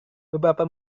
beberapa